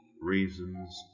reasons